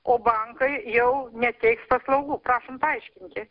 o bankai jau neteiks paslaugų prašom paaiškinti